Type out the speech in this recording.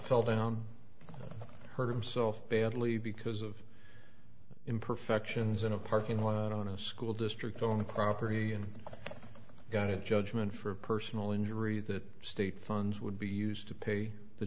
fell down herb so badly because of imperfections in a parking lot on a school district on the property and got a judgment for a personal injury that state funds would be used to pay the